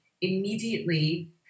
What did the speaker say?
immediately